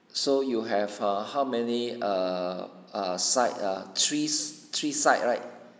so you have err how many err err side ah threes three side right